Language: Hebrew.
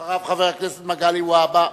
אחריו, חבר הכנסת מגלי והבה,